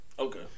Okay